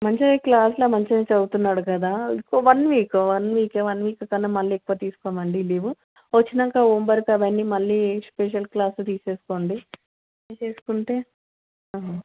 మంచిగా క్లాసులో మంచిగా చదువుతున్నాడు కదా ఒక్క వన్ వీక్ వన్ వీకే వన్ వీక్ కన్నా మళ్ళీ ఎక్కువ తీసుకోము అండి లీవు వచ్చినాక హోం వర్క్ అవన్నీ మళ్ళీ స్పెషల్ క్లాస్ తీసేసుకోండి తీసేసుకుంటే